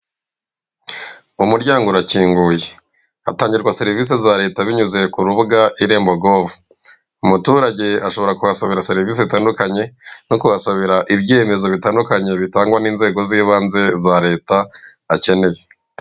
Uryango urakinguye, hatangirwa serivise za leta binyuze ku rubuga irembo govu. Umuturage ashobora kuhasabira serivise zitandukanye, no kuhasabira ibyemezo bitandukanye bitangwa n'inzego z'ibanze za leta akeneye.